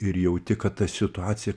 ir jauti kad ta situacija